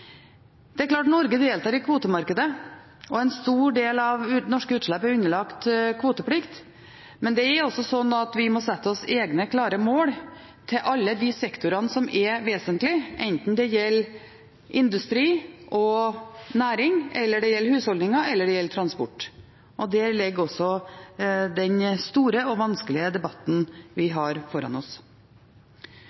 Det er klart at Norge deltar i kvotemarkedet. En stor del av norske utslipp er underlagt kvoteplikt, men det er slik at vi må sette oss egne, klare mål for alle de sektorene som er vesentlige, enten det gjelder industri og næring, eller det gjelder husholdninger, eller det gjelder transport. Der ligger også den store og vanskelige debatten vi har foran oss. Ellers synes jeg nok når det gjelder Lima, at vi